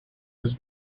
his